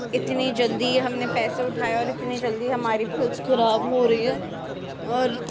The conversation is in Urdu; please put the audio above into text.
اتنی جلدی ہم نے پیسے اٹھائے اور اتنی جلدی ہماری فریج خراب ہو رہی ہے اور